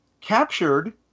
captured